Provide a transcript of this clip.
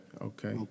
Okay